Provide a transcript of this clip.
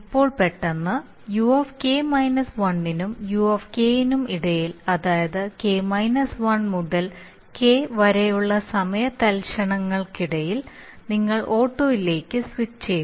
ഇപ്പോൾ പെട്ടെന്ന് UK 1 നും UKനും ഇടയിൽ അതായത് K 1 മുതൽ K വരെയുള്ള സമയ തൽക്ഷണങ്ങൾക്കിടയിൽ നിങ്ങൾ ഓട്ടോ ലേക്ക് സ്വിച്ചുചെയ്തു